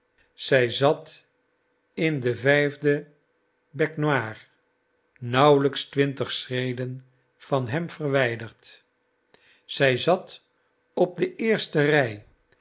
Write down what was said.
zij zat in de vijfde baignoire nauwelijks twintig schreden van hem verwijderd zij zat op de eerste rij